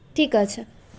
ঠিক আছে